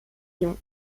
lions